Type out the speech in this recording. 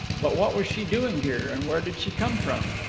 but what was she doing here, and where did she come from?